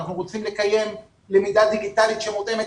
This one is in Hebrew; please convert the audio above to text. אנחנו רוצים לקיים למידה דיגיטלית שמותאמת